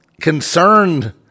concerned